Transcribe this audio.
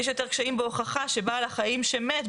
יש יותר קשיים בהוכחה שבעל החיים שמת,